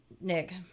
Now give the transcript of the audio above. Nick